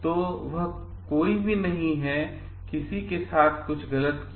तो वह कोई भी नहीं है किसी के साथ कुछ गलत किया